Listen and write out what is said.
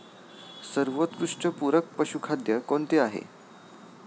सर्वोत्कृष्ट पूरक पशुखाद्य कोणते आहे?